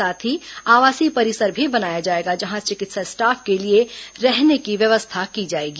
साथ ही आवासीय परिसर भी बनाया जाएगा जहां चिकित्सा स्टाफ सभी चिकित्सा के लिए रहने की व्यवस्था की जाएगी